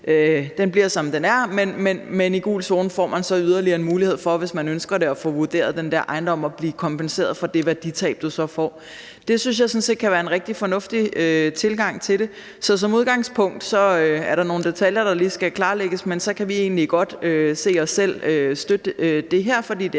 forbliver, som den er, men man får i gul zone yderligere en mulighed for, hvis man ønsker det, at få vurderet ejendommen og blive kompenseret for det værditab, man så får. Det synes jeg sådan set kan være en rigtig fornuftig tilgang til det. Så som udgangspunkt er der nogle detaljer, som lige skal klarlægges, men vi kan egentlig godt se os selv støtte det her, fordi det